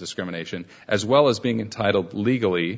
cisco nation as well as being entitled legally